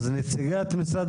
אז, נציגת משרד